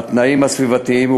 התנאים הסביבתיים,